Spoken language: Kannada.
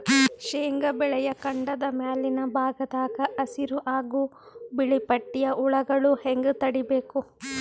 ಶೇಂಗಾ ಬೆಳೆಯ ಕಾಂಡದ ಮ್ಯಾಲಿನ ಭಾಗದಾಗ ಹಸಿರು ಹಾಗೂ ಬಿಳಿಪಟ್ಟಿಯ ಹುಳುಗಳು ಹ್ಯಾಂಗ್ ತಡೀಬೇಕು?